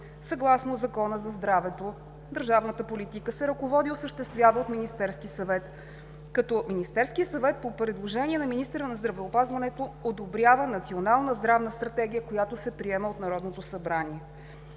Съгласно Закона за здравето държавната политика се ръководи и осъществява от Министерския съвет, като Министерският съвет по предложение на министъра на здравеопазването одобрява Национална здравна стратегия, която се приема от Народното събрание.